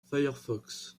firefox